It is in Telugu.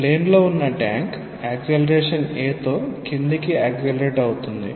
ప్లేన్ లో ఉన్న ట్యాంక్ యాక్సెలేరేషన్ a తో క్రిందికి యాక్సెలేరేట్ అవుతుంది